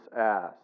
asked